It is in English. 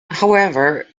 however